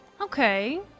Okay